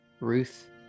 Ruth